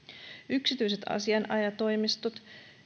yksityiset asianajotoimistot